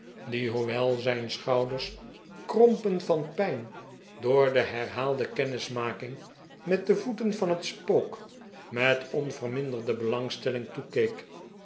die hoewel zijn schouders krompen van pijn door de herhaalde kennismaking met de voeten van het spook met onverminderde belangstelling toekeek